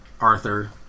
Arthur